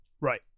Right